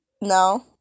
No